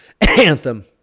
Anthem